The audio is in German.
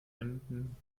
emden